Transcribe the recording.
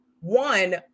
one